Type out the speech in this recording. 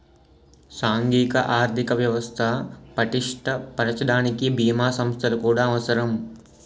సాంఘిక ఆర్థిక వ్యవస్థ పటిష్ట పరచడానికి బీమా సంస్థలు కూడా అవసరం